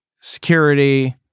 security